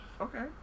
Okay